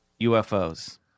UFOs